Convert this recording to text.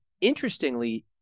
interestingly